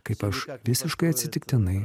kaip aš visiškai atsitiktinai